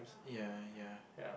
ya ya